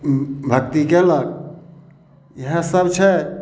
भक्ति केलक इएह सब छै